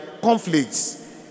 conflicts